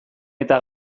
eta